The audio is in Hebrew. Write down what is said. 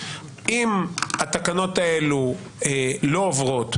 אם התקנות האלו לא עוברות,